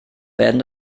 werden